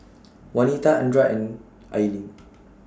Wanita Andra and Ilene